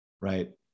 right